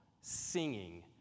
singing